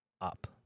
up